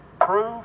Prove